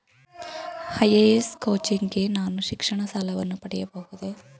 IAS coaching ಗೆ ನಾನು ಶಿಕ್ಷಣ ಸಾಲವನ್ನು ಪಡೆಯಬಹುದೇ?